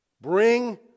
Bring